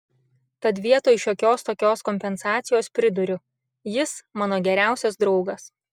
tad vietoj šiokios tokios kompensacijos priduriu jis mano geriausias draugas